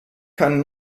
keinen